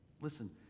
listen